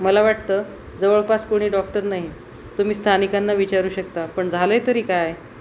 मला वाटतं जवळपास कोणी डॉक्टर नाही तुम्ही स्थानिकांना विचारू शकता पण झालं आहे तरी काय